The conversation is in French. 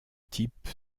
type